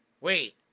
Wait